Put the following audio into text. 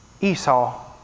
Esau